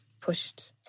pushed